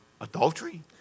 Adultery